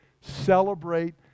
Celebrate